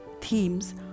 themes